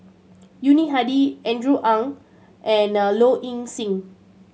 Yuni Hadi Andrew Ang and Low Ing Sing